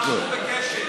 אנחנו בקשב.